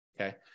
Okay